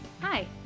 Hi